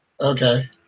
Okay